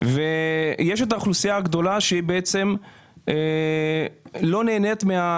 ויש את האוכלוסייה הגדולה שלא נהנית מן